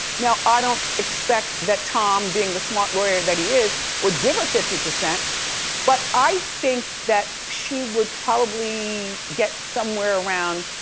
now, i don't expect that tom being the smart lawyer that he is would give her fifty. but i think that she would probably get somewhere around.